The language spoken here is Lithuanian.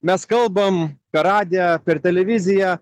mes kalbam per radiją per televiziją